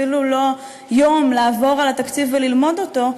אפילו יום לעבור על התקציב וללמוד אותו,